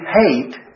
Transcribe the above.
hate